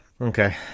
okay